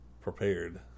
prepared